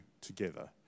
together